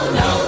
no